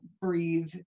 breathe